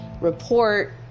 report